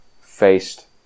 faced